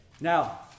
Now